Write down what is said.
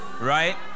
right